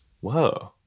Whoa